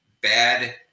bad